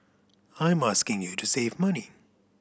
I'm asking you to save money